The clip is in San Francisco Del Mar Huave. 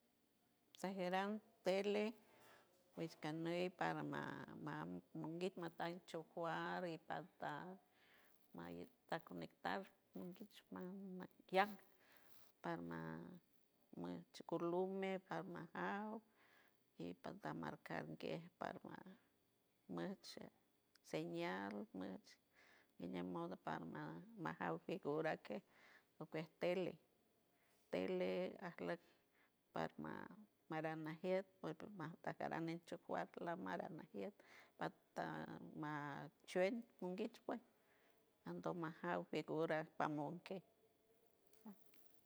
Sajeran tele pues cañeit parama mungueyt mactan chucoali parta pag conectar nunguch maquiaj parma murchuculujey parma jaur y paramankanguier parganmier muchio señal muchio y de modo parman jegura que tele tele aj lok parma maran nagiert mag nagiet por hecho cuarlama nagiet pata ma chuelt ñunguit cue andomajau figura pamonque